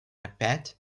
опять